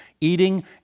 Eating